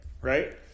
Right